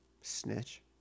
Snitch